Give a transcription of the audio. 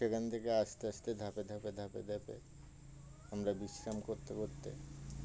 সেখান থেকে আস্তে আস্তে ধাপে ধাপে ধাপে ধাপে আমরা বিশ্রাম করতে করতে